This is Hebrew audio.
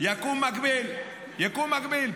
יקום מקביל, יקום מקביל.